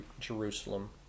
Jerusalem